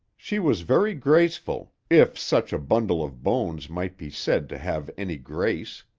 she was very graceful, if such a bundle of bones might be said to have any grace.